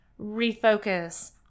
refocus